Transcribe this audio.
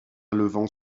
levant